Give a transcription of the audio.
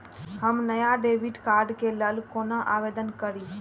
हम नया debit card के लल कौना आवेदन करि?